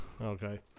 Okay